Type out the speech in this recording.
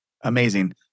Amazing